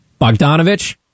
Bogdanovich